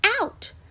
out